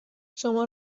شما